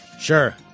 Sure